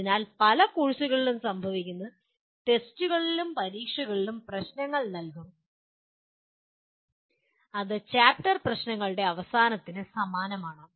അതിനാൽ പല കോഴ്സുകളിലും സംഭവിക്കുന്നത് ടെസ്റ്റുകളിലും പരീക്ഷകളിലും പ്രശ്നങ്ങൾ നൽകും അത് ചാപ്റ്റർ പ്രശ്നങ്ങളുടെ അവസാനത്തിന് സമാനമാണ്